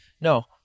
no